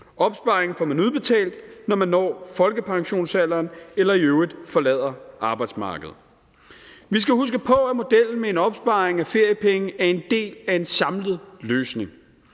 Opsparingen får man udbetalt, når man når folkepensionsalderen eller i øvrigt forlader arbejdsmarkedet. Vi skal huske på, at modellen med en opsparing af feriepenge er en del af en samlet løsning.